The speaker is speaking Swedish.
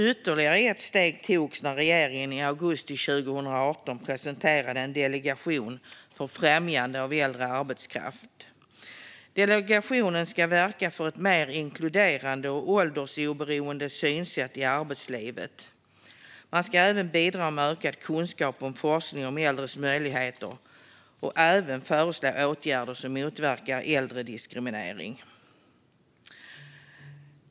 Ytterligare ett steg togs när regeringen i augusti 2018 presenterade en delegation för främjande av äldre arbetskraft. Delegationen ska verka för ett mer inkluderande och åldersoberoende synsätt i arbetslivet. Man ska bidra med ökad kunskap om forskning om äldres möjligheter och även föreslå åtgärder som motverkar åldersdiskriminering.